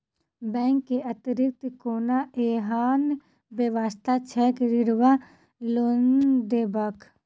Bank केँ अतिरिक्त कोनो एहन व्यवस्था छैक ऋण वा लोनदेवाक?